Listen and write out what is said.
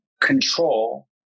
control